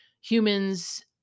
humans